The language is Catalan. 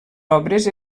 obres